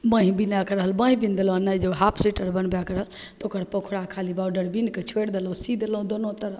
बाँहि बिनैके रहल बाँहि बिनि देलहुँ नहि जे हाफ सोइटर बनबैके रहल ओकर पँखुड़ा खाली बॉडर बिनिके छोड़ि देलहुँ सी देलहुँ दुनू तरफ